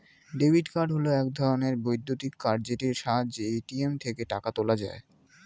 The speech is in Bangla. ডেবিট্ কার্ড হল এক ধরণের বৈদ্যুতিক কার্ড যেটির সাহায্যে এ.টি.এম থেকে টাকা তোলা যায়